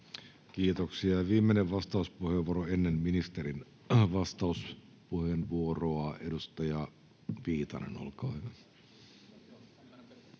Kiitoksia. — Viimeinen vastauspuheenvuoro ennen ministerin vastauspuheenvuoroa, edustaja Viitanen, olkaa hyvä.